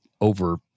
over